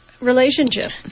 relationship